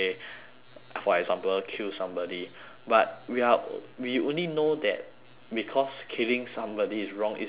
for example kill somebody but we are we only know that because killing somebody is wrong is because